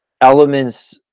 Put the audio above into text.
elements